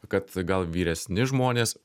kad gal vyresni žmonės